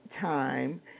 Time